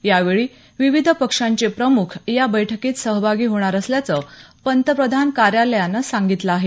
यावेळी विविध पक्षांचे प्रमुख या बैठकीत सहभागी होणार असल्याचं पंतप्रधान कार्यालयानं सांगितलं आहे